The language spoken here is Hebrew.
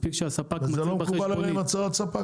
מספיק שהספק מצהיר --- אז זה לא מקובל עליכם הצהרת ספק?